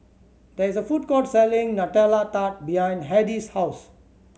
there is a food court selling Nutella Tart behind Hedy's house